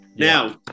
Now